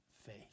faith